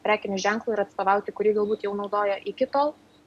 prekiniu ženklu ir atstovauti kurį galbūt jau naudoja iki tol